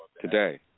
today